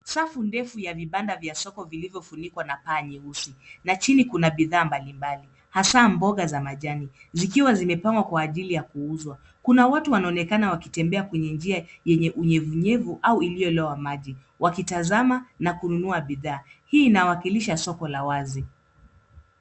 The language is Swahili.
Safu ndefu ya vibanda vya soko vilivyofunikwa na paa nyeusi na chini kuna bidhaa mbalimbali hasa mboga za majani zikiwa zimepangwa kwa ajili ya kuuzwa. Kuna watu wanaonekana wakitembea kwenye njia yenye unyevunyevu au iliyolowa maji wakitazama na kununua bidhaa. Hii inawakilisha soko la wazi.